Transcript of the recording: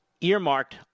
earmarked